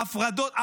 בהפרדות.